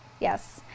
yes